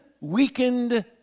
weakened